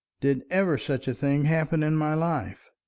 did ever such a thing happen in my life?